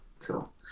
Cool